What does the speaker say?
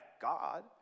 God